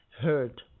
heard